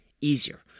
easier